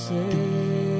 Say